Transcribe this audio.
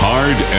Hard